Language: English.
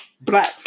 Black